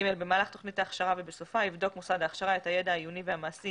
במהלך תוכנית ההכשרה ובסופה יבדוק מוסד ההכשרה את הידע העיוני והמעשי